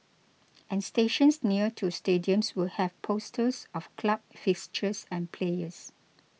and stations near to stadiums will have posters of club fixtures and players